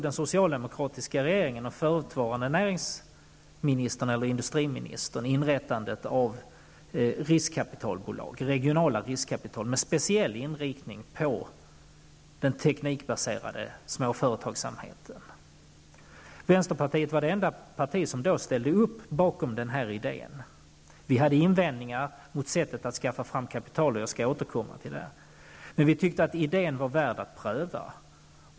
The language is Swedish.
Den socialdemokratiska regeringen och den dåvarande industriministern föreslog då att regionala riskkapitalbolag skulle inrättas med speciell inriktning på den teknikbaserade småföretagsamheten. Vänsterpartiet var det enda parti som då var för den här idén. Visserligen hade vi invändningar mot det sätt på vilket kapital skulle skaffas fram. Jag återkommer senare till den saken. Vi tyckte att idén i alla fall var värd att pröva.